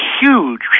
huge